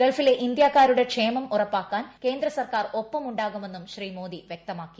ഗൾഫിലെ ഇന്ത്യാക്കാരുടെ ക്ഷേമം ഉറപ്പാക്കാൻ കേന്ദ്ര സർക്കാർ ഒപ്പമുണ്ടാകുമെന്നും ശ്രീ മോദി വൃക്തമാക്കി